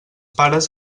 pares